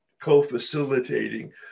co-facilitating